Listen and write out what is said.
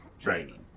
training